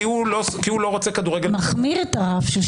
כי הוא לא רוצה כדורגל בשבת -- מחמיר את הרף של שיקולים זרים.